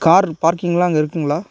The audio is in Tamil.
கார் பார்க்கிங்லாம் அங்கே இருக்குங்களா